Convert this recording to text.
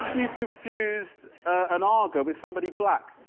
you've confused an aga with somebody black.